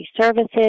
services